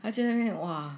他就那边 !wah!